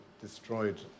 destroyed